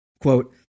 Quote